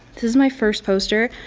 this is my first poster,